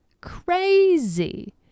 crazy